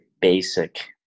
basic